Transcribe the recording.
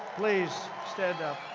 please, stand up.